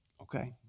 Okay